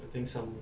I think some